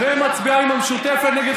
זו הצביעות הכי גדולה.